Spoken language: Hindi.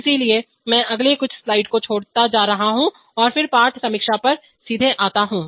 इसलिए मैं अगली कुछ स्लाइडों को छोड़ता जा रहा हूं और फिर पाठ समीक्षा पर सीधे आता हूं